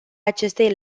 acestei